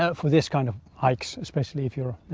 ah for this kind of hikes especially if you're,